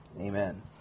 Amen